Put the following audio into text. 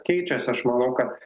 keičiasi aš manau kad